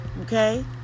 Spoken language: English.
okay